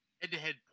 Head-to-head